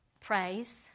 Praise